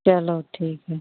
चलो ठीक है